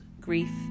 Grief